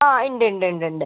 ആ ഉണ്ട് ഉണ്ട്